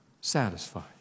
satisfied